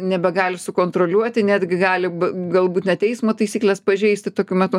nebegali sukontroliuoti netgi gali galbūt net eismo taisykles pažeisti tokiu metu